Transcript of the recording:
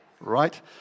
Right